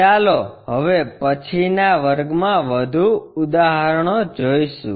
ચાલો હવે પછીના વર્ગમાં વધુ ઉદાહરણો જોઈશું